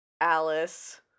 Alice